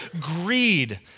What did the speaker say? greed